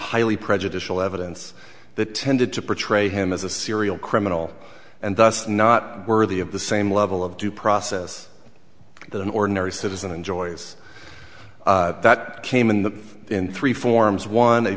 highly prejudicial evidence that tended to portray him as a serial criminal and thus not worthy of the same level of due process that an ordinary citizen enjoys that came in that in three forms one a